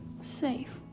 safe